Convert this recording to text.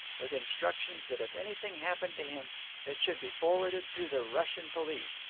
with instructions that if anything happened to him it should be forwarded to the russian police,